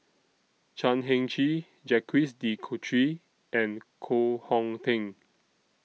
Chan Heng Chee Jacques De Coutre and Koh Hong Teng